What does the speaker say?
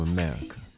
America